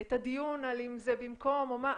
את הדיון על אם זה במקום או מה,